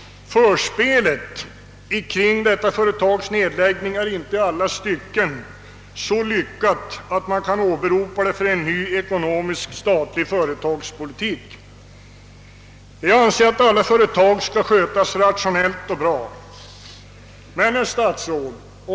Förspelet kring detta företags nedläggning är inte i alla stycken så lyckat att man kan åberopa det för en ny ekonomisk statlig företagspolitik. Jag anser att alla företag skall skötas rationellt och bra. Herr statsråd!